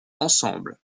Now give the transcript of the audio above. ensemble